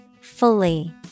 Fully